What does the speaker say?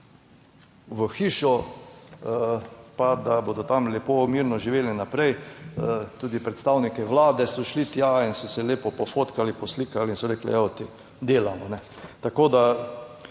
v hišo pa da bodo tam lepo mirno živeli naprej. Tudi predstavniki Vlade so šli tja in so se lepo poslikali in so rekli, delamo. Tako da